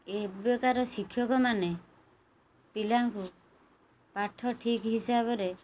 ଏବେକାର ଶିକ୍ଷକମାନେ ପିଲାଙ୍କୁ ପାଠ ଠିକ୍ ହିସାବରେ